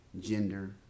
gender